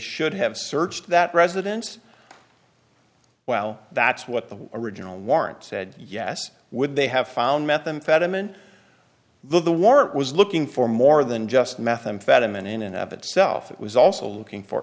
should have searched that residence well that's what the original warrant said yes would they have found methamphetamine the war was looking for more than just methamphetamine in and of itself it was also looking for